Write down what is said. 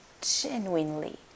genuinely